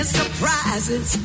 surprises